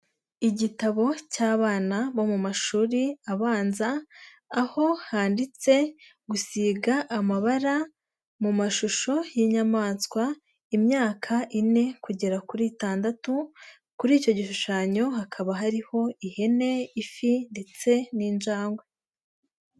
Igitabo cy'abana bo mu mashuri abanza aho handitse gusiga amabara mu mashusho y'inyamaswa imyaka ine kugera kuri itandatu, kuri icyo gishushanyo hakaba hariho ihene, ifi ndetse n'injangwe.